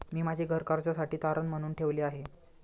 मी माझे घर कर्जासाठी तारण म्हणून ठेवले आहे